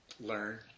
learn